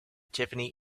tiffany